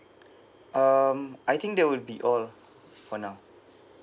um I think that would be all for now